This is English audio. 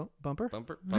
Bumper